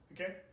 Okay